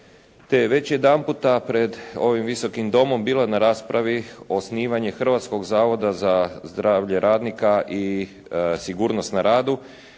je već jedanputa pred ovim visokim domom bilo na raspravi osnivanje Hrvatskog zavoda za zdravlje radnika i sigurnost na radu,